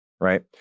right